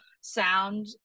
sound